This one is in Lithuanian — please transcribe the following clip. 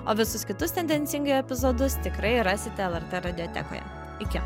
o visus kitus tendencingai epizodus tikrai rasite lrt radiotekoje iki